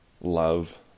love